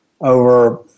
over